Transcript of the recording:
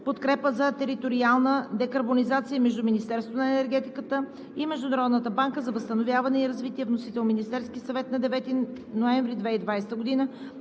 „Подкрепа за териториална декарбонизация“ между Министерството на енергетиката и Международната банка за възстановяване и развитие. Вносител – Министерският съвет на 9 ноември 2020 г.